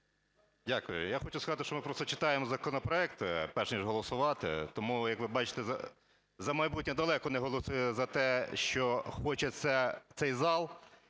Дякую. Я хочу сказати, що ми просто читаємо законопроекти перш ніж голосувати, тому, як ви бачите, "За майбутнє" далеко не голосує за те, що хоче цей зал,